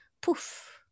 poof